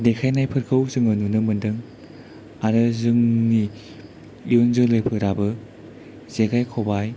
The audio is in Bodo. देखायनायफोरखौ जोङो नुनो मोनदों आरो जोंनि इयुन जोलैफोराबो जेखाय खबाय